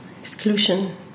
Exclusion